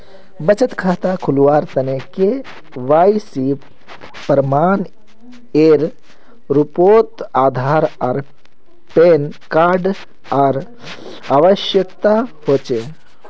बचत खता खोलावार तने के.वाइ.सी प्रमाण एर रूपोत आधार आर पैन कार्ड एर आवश्यकता होचे